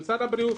במשרד הבריאות,